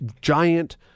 giant